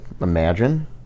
imagine